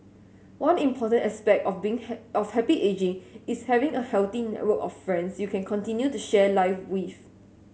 one important aspect of being of happy ageing is having a healthy of friends you can continue to share life with